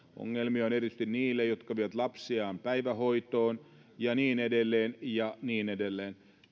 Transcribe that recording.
ongelmia on erityisesti niille jotka vievät lapsiaan päivähoitoon ja niin edelleen ja niin edelleen